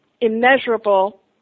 immeasurable